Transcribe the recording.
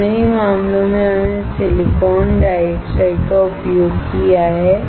दोनों ही मामलों में हमने सिलिकॉन डाइऑक्साइड का उपयोग किया है